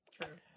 True